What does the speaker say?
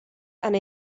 han